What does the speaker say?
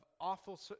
awful